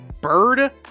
bird